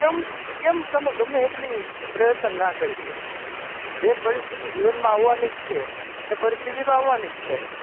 કેમ કેમ તમે ગમે એટલી તો પ્રયત્ન ના કરી લો જે પરિસ્થિતિ જીવનમાં આવવાનીજ છે એ પરિસ્થિતિ તો આવવાની જ છે